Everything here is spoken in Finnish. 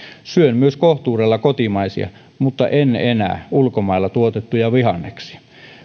syön myös kohtuudella kotimaisia mutta en enää ulkomailla tuotettuja vihanneksia